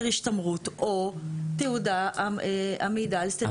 השתמרות או תעודה המעידה על סטריליות.